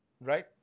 right